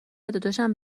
داداشم